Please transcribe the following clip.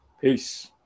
Peace